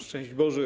Szczęść Boże!